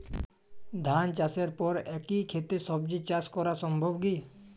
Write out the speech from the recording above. ধান চাষের পর একই ক্ষেতে সবজি চাষ করা সম্ভব কি?